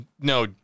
No